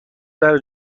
درب